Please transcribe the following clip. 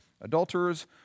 adulterers